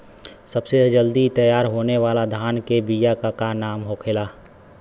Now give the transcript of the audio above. सबसे जल्दी तैयार होने वाला धान के बिया का का नाम होखेला?